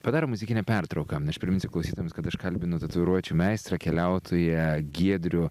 padarom muzikinę pertrauką aš priminsiu klausytojams kad aš kalbinu tatuiruočių meistrą keliautoją giedrių